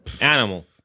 Animal